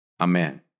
Amen